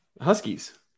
Huskies